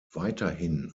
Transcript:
weiterhin